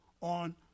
on